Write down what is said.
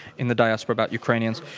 in the diaspora about ukrainians.